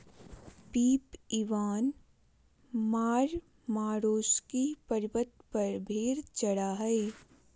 Pip Ivan Marmarosky पर्वत पर भेड़ चरा हइ